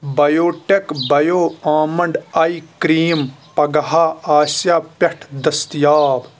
Biotique bio almond اے cream پگہہ آسیٚا پٮ۪ٹھ دٔستِیاب